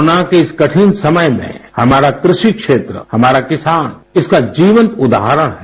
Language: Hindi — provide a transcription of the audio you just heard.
कोरोना के इस कठिन समय में हमारा कृषि क्षेत्र हमारा किसान इसका जीवंत उदाहरण हैं